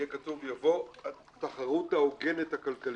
יהיה כתוב: תבוא התחרות ההוגנת הכלכלית.